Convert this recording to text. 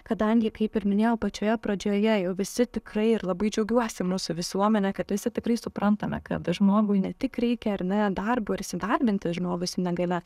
kadangi kaip ir minėjau pačioje pradžioje jau visi tikrai ir labai džiaugiuosi mūsų visuomenė kad visi tikrai suprantame kad a žmogui ne tik reikia ar ne darbo ir įsidarbinti žmogui su negalia